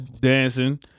dancing